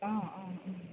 অঁ অঁ অঁ